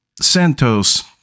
Santos